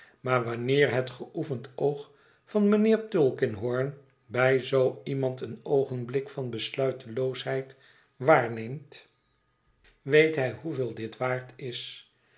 maar wanneer het geoefend oog van mijnheer tulkinghorn bij zoo iemand een oogenblik van besluiteloosheid waarneemt weet hij hoeveel dit waard is